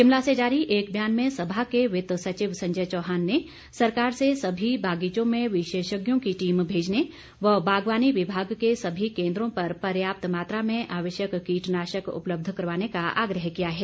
शिमला से जारी एक बयान में सभा के वित्त सचिव संजय चौहान ने सरकार से सभी बागीचों में विशेषज्ञों की टीम भेजने व बागवानी विभाग के सभी केन्द्रों पर पर्याप्त मात्रा में आवश्यक कीटनाशक उपलब्ध करवाने का आग्रह किया है